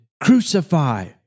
Crucify